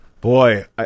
Boy